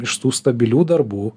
iš tų stabilių darbų